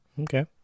Okay